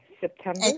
September